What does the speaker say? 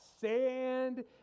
sand